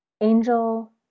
Angel